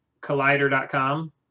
Collider.com